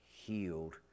healed